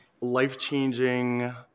life-changing